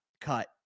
cut